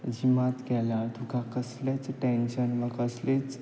जिमात गेल्यार तुका कसलेंच टँशन वा कसलीच